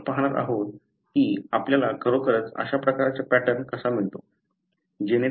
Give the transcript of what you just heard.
परंतु आपण पाहणार आहोत की आपल्याला खरोखरच अशा प्रकारचा पॅटर्न कसा मिळतो